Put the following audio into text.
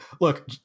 look